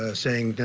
ah saying no,